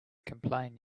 complain